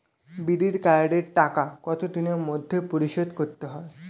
বিড়ির কার্ডের টাকা কত দিনের মধ্যে পরিশোধ করতে হবে?